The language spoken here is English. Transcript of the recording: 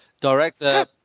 director